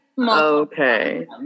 okay